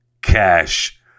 cash